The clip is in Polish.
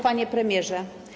Panie Premierze!